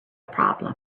problem